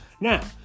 Now